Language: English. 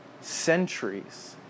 centuries